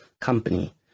company